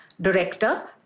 Director